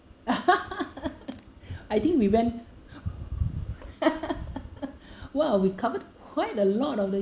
I think we went !wow! we covered quite a lot of the